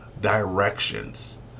directions